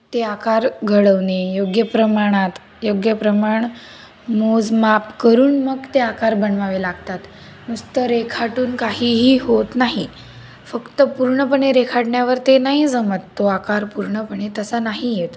ते आकार घडवणे योग्य प्रमाणात योग्य प्रमाण मोज माप करून मग ते आकार बनवावे लागतात नुसतं रेखाटून काहीही होत नाही फक्त पूर्णपणे रेखाटण्यावर ते नाही जमत तो आकार पूर्णपणे तसा नाही येत